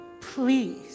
Please